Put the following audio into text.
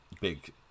big